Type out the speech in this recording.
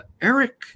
Eric